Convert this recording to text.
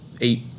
eight